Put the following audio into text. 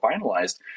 finalized